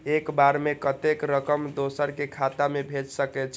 एक बार में कतेक रकम दोसर के खाता में भेज सकेछी?